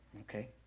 Okay